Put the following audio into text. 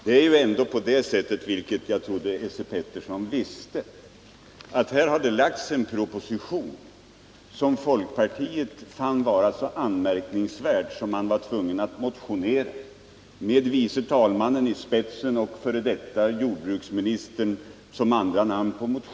Det är ändå så — vilket jag trodde att Esse Petersson visste — att det har lagts fram en proposition som folkpartiet fann vara så anmärkningsvärd att man på det hållet kände sig föranlåten att väcka en motion med anledning av den, med tredje vice talmannen som förste undertecknare och den förre jordbruksministern som andre undertecknare.